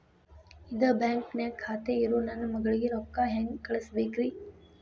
ಇದ ಬ್ಯಾಂಕ್ ನ್ಯಾಗ್ ಖಾತೆ ಇರೋ ನನ್ನ ಮಗಳಿಗೆ ರೊಕ್ಕ ಹೆಂಗ್ ಕಳಸಬೇಕ್ರಿ?